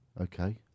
Okay